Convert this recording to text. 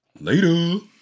Later